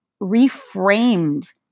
reframed